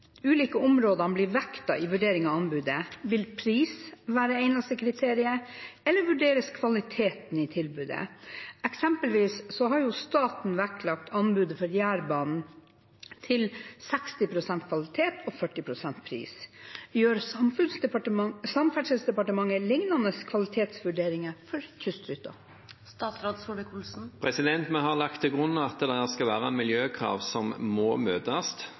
ulike områdene bli vektet i vurderingene av anbud? Vil pris være det eneste kriteriet, eller vurderes kvaliteten i tilbudet? Eksempelvis har staten vektlagt anbudet på Jærbanen til 60 pst. kvalitet og 40 pst. pris. Gjør Samferdselsdepartementet liknende kvalitetsvurderinger for kystruten? Vi har lagt til grunn at det er miljøkrav som må møtes.